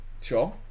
Sure